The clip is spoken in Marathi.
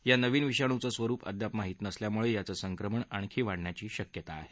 या नवीन विषाणूंचं स्वरुप अद्याप माहित नसल्यामुळे याचं संक्रमण आणखी वाढण्याची शक्यता आहे